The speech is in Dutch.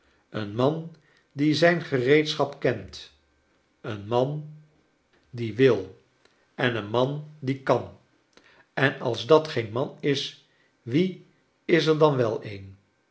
een man die zijn gereedschap kent een man die wil en een man die kan en als dat geen man is wie is er dan wel een